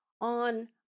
on